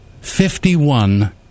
fifty-one